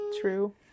true